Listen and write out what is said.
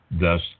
thus